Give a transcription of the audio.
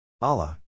Allah